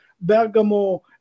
Bergamo